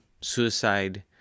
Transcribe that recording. suicide